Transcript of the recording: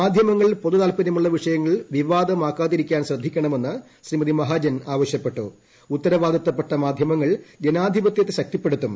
മാധ്യമങ്ങൾ പൊതു താല്പര്യമുള്ള വിഷയങ്ങൾ വിവാദമാകാതിരിക്കാൻ ശ്രദ്ധിക്കണമെന്ന് ഉത്തരവാദിത്തപ്പെട്ട മാധ്യമങ്ങൾ ജനാധിപത്യത്തെ ശക്തിപ്പെടുത്തും